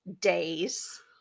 days